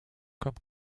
comme